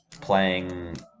playing